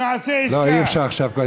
נעשה עסקה, לא אי-אפשר עכשיו.